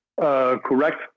Correct